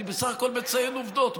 אני בסך הכול מציין עובדות.